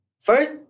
first